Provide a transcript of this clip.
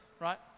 right